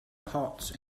pots